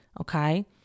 okay